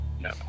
no